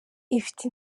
ufite